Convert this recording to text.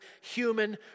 human